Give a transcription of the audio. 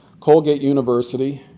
colgate university,